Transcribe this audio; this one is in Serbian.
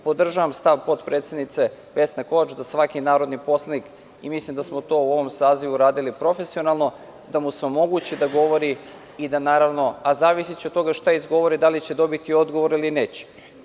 Podržavam stav potpredsednice Vesne Kovač da svaki narodni poslanik, mislim da smo to u ovom sazivu radili profesionalno, ima pravo da govori, a zavisiće od toga šta izgovori, da li će dobiti odgovor ili neće.